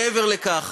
מעבר לזה,